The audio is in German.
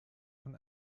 von